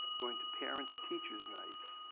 going to parents teachers nights,